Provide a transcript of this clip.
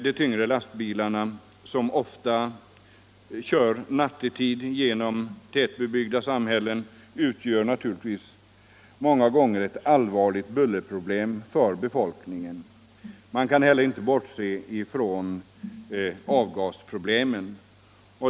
De tyngre lastbilarna, som ofta nattetid kör genom tätbebyggda samhällen, utgör många gånger ett allvarligt bullerproblem för befolkningen. Man kan inte heller bortse från avgasproblemen.